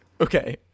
Okay